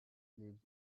slaves